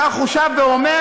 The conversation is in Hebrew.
כך הוא שב ואומר,